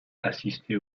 assistait